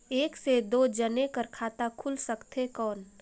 एक से दो जने कर खाता खुल सकथे कौन?